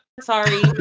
Sorry